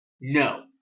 No